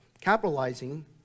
capitalizing